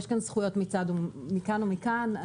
יש כאן זכויות מכאן ומכאן.